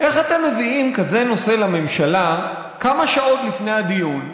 איך אתם מביאים כזה נושא לממשלה כמה שעות לפני הדיון?